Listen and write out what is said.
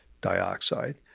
dioxide